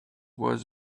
was